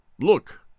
Look